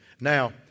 Now